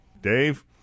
Dave